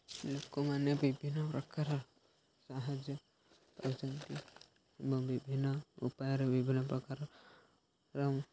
ଲୋକମାନେ ବିଭିନ୍ନପ୍ରକାର ସାହାଯ୍ୟ କରିନ୍ତି ଏବଂ ବିଭିନ୍ନ ଉପାୟରେ ବିଭିନ୍ନପ୍ରକାରର